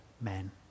men